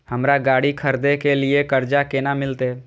हमरा गाड़ी खरदे के लिए कर्जा केना मिलते?